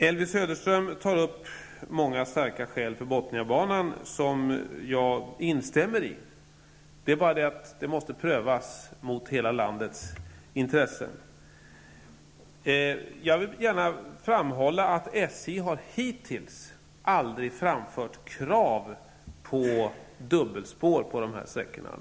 Elvy Söderström tar upp många starka skäl för Bothniabanan som jag instämmer i. Det är bara det att detta måste prövas mot hela landets intressen. Jag vill gärna framhålla att SJ hittills aldrig har framfört krav på dubbelspår på de här sträckorna.